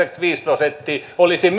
viiva yhdeksänkymmentäviisi prosenttia olisi